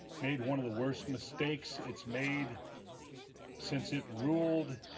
made one of the worst mistakes, it's made since it ruled